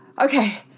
Okay